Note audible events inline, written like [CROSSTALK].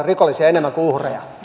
[UNINTELLIGIBLE] rikollisia enemmän kuin uhreja